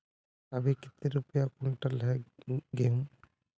अभी कते रुपया कुंटल है गहुम?